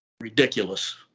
Ridiculous